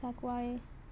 Sancoale